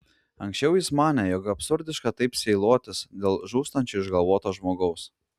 anksčiau jis manė jog absurdiška taip sielotis dėl žūstančio išgalvoto žmogaus